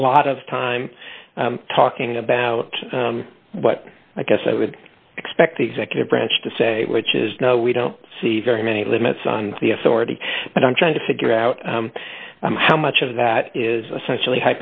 a lot of time talking about what i guess i would expect the executive branch to say which is no we don't see very many limits on the authority but i'm trying to figure out how much of that is essentially